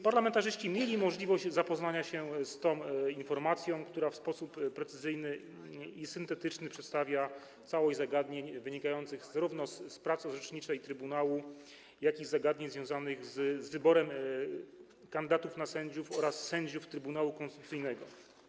Parlamentarzyści mieli możliwość zapoznania się z tą informacją, która w sposób precyzyjny i syntetyczny przedstawia całość zagadnień wynikających zarówno z pracy orzeczniczej trybunału, jak i zagadnień związanych z wyborem kandydatów na sędziów oraz sędziów Trybunału Konstytucyjnego.